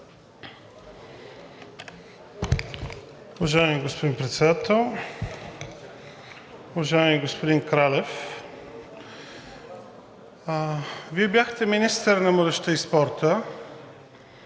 Вие бяхте министър на младежта и спорта